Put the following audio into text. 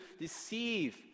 deceive